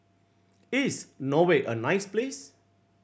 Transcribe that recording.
is Norway a nice place